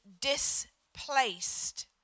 displaced